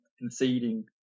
conceding